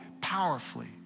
powerfully